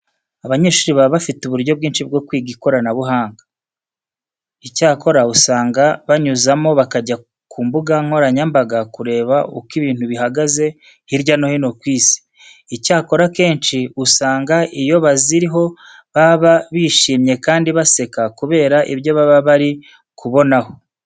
Abanyeshuri baba bafite uburyo bwinshi bwo kwiga hakoreshejwe ikoranabuhanga. Icyakora usanga banyuzamo bakajya ku mbuga nkoranyambaga kureba uko ibintu bihagaze hirya no hino ku isi. Icyakora, akenshi usanga iyo baziriho baba bashimye kandi baseka kubera ibyo baba bari kubonaho.